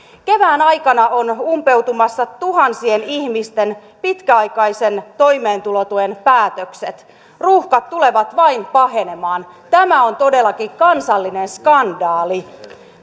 kevään aikana on umpeutumassa tuhansien ihmisten pitkäaikaisen toimeentulotuen päätökset ruuhkat tulevat vain pahenemaan tämä on todellakin kansallinen skandaali